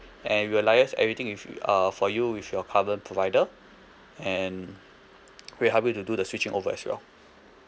and we will liaise everything with you err for you with your current provider and we'll help you to do the switching over as well